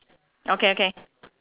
okay okay